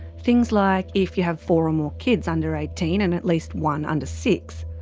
things like. if you have four or more kids under eighteen and at least one under six.